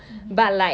mmhmm